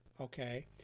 okay